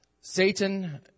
Satan